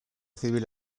civil